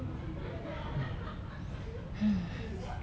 !huh!